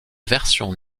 version